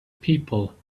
people